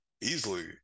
easily